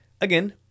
again